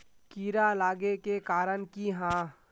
कीड़ा लागे के कारण की हाँ?